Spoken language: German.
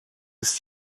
ist